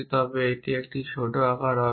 তবে এটি একটি ছোট আকার হবে